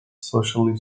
socially